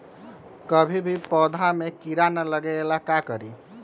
कभी भी पौधा में कीरा न लगे ये ला का करी?